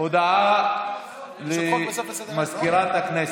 הודעה למזכירת הכנסת.